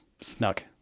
snuck